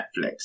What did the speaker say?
Netflix